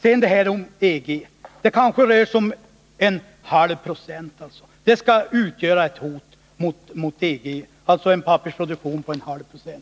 Skulle verkligen en pappersproduktion av en halv procent utgöra ett hot mot EG?